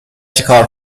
چیکار